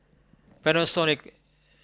Panasonic